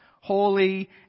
holy